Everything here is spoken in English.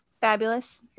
Fabulous